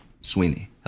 Sweeney